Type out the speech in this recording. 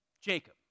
Jacob